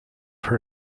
her